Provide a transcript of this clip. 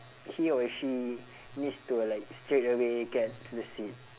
he or she needs to like straight away get to the seat